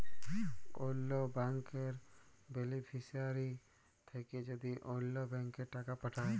অল্য ব্যাংকের বেলিফিশিয়ারি থ্যাকে যদি অল্য ব্যাংকে টাকা পাঠায়